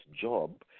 job